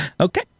okay